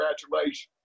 Congratulations